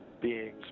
beings